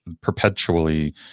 perpetually